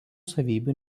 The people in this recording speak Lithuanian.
savybių